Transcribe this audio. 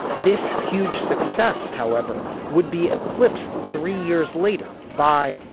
this huge success however would be eclipsed three years later by.